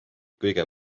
kõige